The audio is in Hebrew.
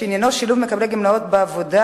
שעניינו שילוב מקבלי גמלאות בעבודה